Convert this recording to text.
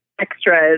Extras